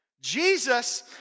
Jesus